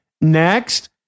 Next